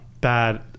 bad